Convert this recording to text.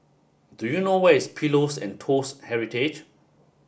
do you know where is Pillows and Toast Heritage